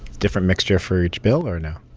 different mixture for each bill or no?